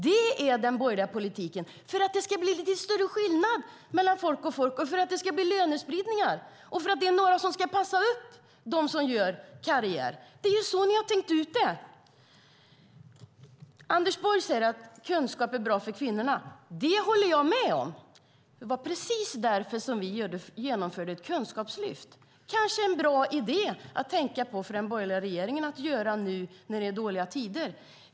Det är den borgerliga politiken för att det ska bli en lite större skillnad mellan folk och folk, för att det ska bli lönespridningar och för att det ska vara några som ska passa upp dem som vill göra karriär. Det är så ni har tänkt ut det. Anders Borg säger att kunskap är bra för kvinnorna. Det håller jag med om. Det var precis därför som vi genomförde ett kunskapslyft. Det kanske är en bra idé att tänka på för den borgerliga regeringen nu när det är dåliga tider.